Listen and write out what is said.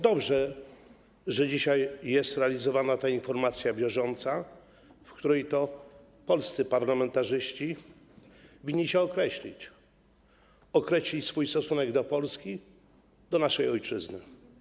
Dobrze, że dzisiaj jest realizowana ta informacja bieżąca, w której polscy parlamentarzyści winni się określić, określić swój stosunek dla Polski, do naszej ojczyzny.